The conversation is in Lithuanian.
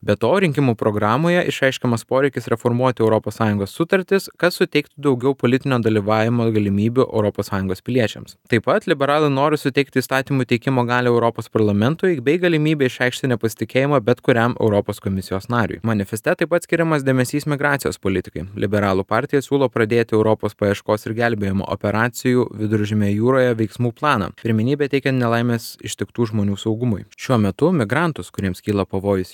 be to rinkimų programoje išreiškiamas poreikis reformuoti europos sąjungos sutartis kad suteiktų daugiau politinio dalyvavimo ir galimybių europos sąjungos piliečiams taip pat liberalų noru suteikti įstatymų teikimo galią europos parlamentui bei galimybę išreikšti nepasitikėjimą bet kuriam europos komisijos nariui manifeste taip pat skiriamas dėmesys migracijos politikai liberalų partija siūlo pradėti europos paieškos ir gelbėjimo operacijų viduržemio jūroje veiksmų planą pirmenybę teikiant nelaimės ištiktų žmonių saugumui šiuo metu migrantus kuriems kyla pavojus